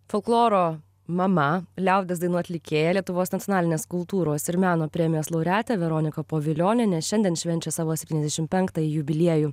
folkloro mama liaudies dainų atlikėja lietuvos nacionalinės kultūros ir meno premijos laureatė veronika povilionienė šiandien švenčia savo septyniasdešim penktąjį jubiliejų